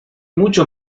mucho